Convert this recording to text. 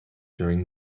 during